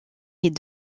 est